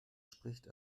spricht